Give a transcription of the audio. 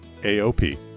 AOP